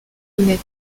net